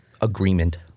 agreement